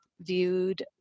viewed